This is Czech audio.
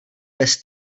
bez